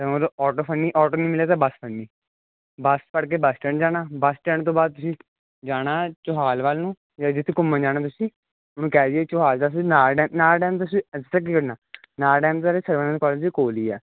ਅਤੇ ਮਤਲਬ ਆਟੋ ਫਨੀ ਆਟੋ ਨਹੀਂ ਮਿਲੇ ਤਾਂ ਬਸ ਫਨੀ ਬਸ ਫੜ ਕੇ ਬੱਸ ਸਟੈਂਡ ਜਾਣਾ ਬੱਸ ਸਟੈਂਡ ਤੋਂ ਬਾਅਦ ਤੁਸੀਂ ਜਾਣਾ ਚੌਹਾਲ ਵੱਲ ਨੂੰ ਜਿੱਥੇ ਘੁੰਮਣ ਜਾਣਾ ਤੁਸੀਂ ਹੁਣ ਕਹਿ ਦੇ ਚੋਹਾਲ ਦਾ ਸੀ ਨਾਲਾ ਡੈਮ ਨਾਲਾ ਡੈਮ ਬਾਰੇ ਸਰ ਕਾਲਜ ਦੇ ਕੋਲ ਹੀ ਆ